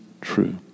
true